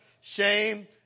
shame